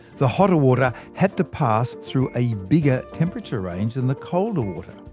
the hotter water had to pass through a bigger temperature range than the colder water.